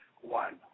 One